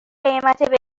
قیمت